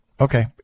Okay